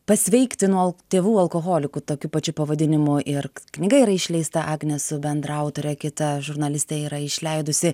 pasveikti nuo tėvų alkoholikų tokiu pačiu pavadinimu ir knyga yra išleista agnė su bendraautore kita žurnaliste yra išleidusi